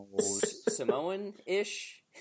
Samoan-ish